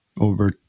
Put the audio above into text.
over